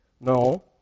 No